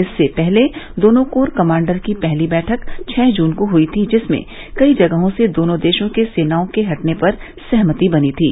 इससे पहले दोनों कोर कमांडर की पहली बैठक छह जून को हुई थी जिसमें कई जगहों से दोनों देशों के सेनाओं के हटने पर सहमति बनी थी